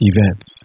Events